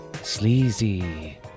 Sleazy